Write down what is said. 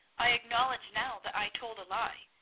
i acknowledge now that i told a lie,